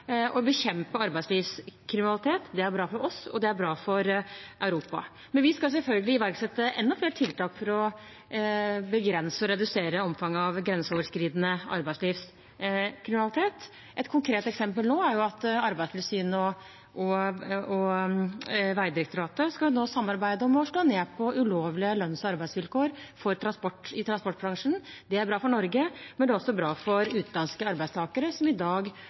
å håndheve og bekjempe arbeidslivskriminalitet. Det er bra for oss, og det er bra for Europa. Men vi skal selvfølgelig iverksette enda flere tiltak for å begrense og redusere omfanget av grenseoverskridende arbeidslivskriminalitet. Et konkret eksempel er at Arbeidstilsynet og Vegdirektoratet nå skal samarbeide om å slå ned på ulovlige lønns- og arbeidsvilkår i transportbransjen. Det er bra for Norge, men det er også bra for utenlandske arbeidstakere, hvorav mange i dag